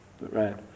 Right